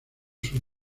sus